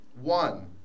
one